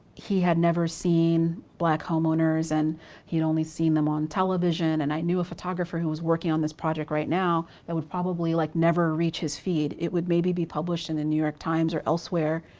he had never seen black homeowners and he'd only seen them on television. and i knew a photographer who was working on this project right now that would probably like never reach his feed. it would maybe be published in the new york times or elsewhere,